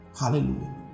Hallelujah